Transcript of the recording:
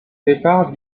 départ